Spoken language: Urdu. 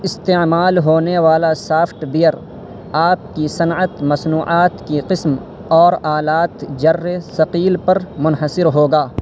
استعمال ہونے والا سافٹ بیئر آپ کی صنعت مصنوعات کی قسم اور آلات ثقیل پر منحصر ہوگا